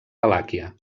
valàquia